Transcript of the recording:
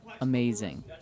amazing